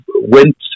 went